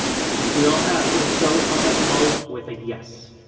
i think we all have. if so, comment below with a yes.